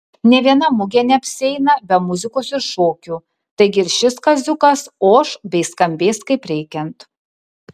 nė viena mugė neapsieina be muzikos ir šokių taigi ir šis kaziukas oš bei skambės kaip reikiant